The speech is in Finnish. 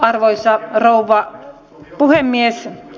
arvoisa rouva puhemies